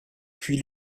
puis